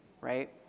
right